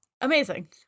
amazing